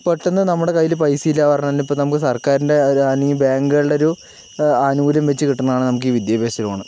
പെട്ടെന്ന് നമ്മുടെ കയ്യിൽ പൈസ ഇല്ല എന്ന് പറഞ്ഞാൽ നമുക്ക് സർക്കാരിൻ്റെ അല്ലെങ്കിൽ ബാങ്കുകളുടെ ഒരു ആനുകൂല്യം വെച്ച് കിട്ടുന്നതാണ് നമുക്ക് ഈ വിദ്യാഭ്യാസ ലോൺ